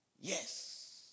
Yes